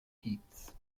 hits